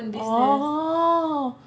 !aww!